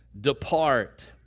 depart